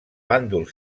bàndol